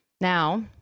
now